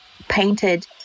painted